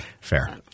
Fair